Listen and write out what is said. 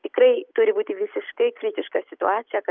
tikrai turi būti visiškai kritiška situacija kad